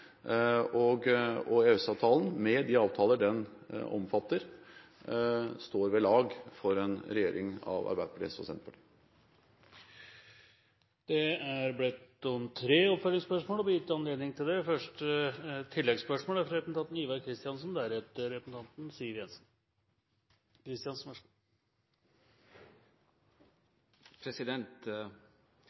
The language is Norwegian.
med de avtaler den omfatter, står ved lag for en regjering av Arbeiderpartiet, SV og Senterpartiet. Det er bedt om og blir gitt anledning til tre oppfølgingsspørsmål – først Ivar Kristiansen. Det er